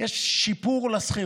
יש שיפור לשכירות.